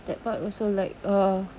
that part also like uh